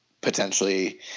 potentially